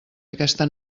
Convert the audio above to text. aquesta